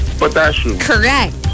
Correct